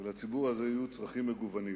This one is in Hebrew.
ולציבור הזה היו צרכים מגוונים.